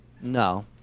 No